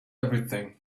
everything